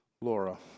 Laura